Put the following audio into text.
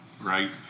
Right